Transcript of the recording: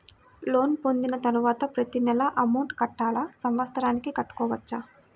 Loan పొందిన తరువాత ప్రతి నెల అమౌంట్ కట్టాలా? సంవత్సరానికి కట్టుకోవచ్చా?